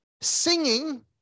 singing